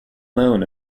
known